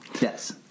Yes